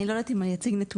אני לא יודעת אם אציג נתונים,